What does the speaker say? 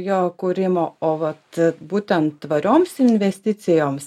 jo kūrimo o vat būtent tvarioms investicijoms